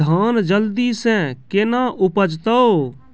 धान जल्दी से के ना उपज तो?